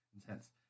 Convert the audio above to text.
intense